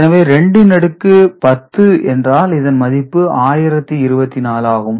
எனவே 2 இன் அடுக்கு 10 என்றால் இதன் மதிப்பு 1024 ஆகும்